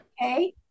Okay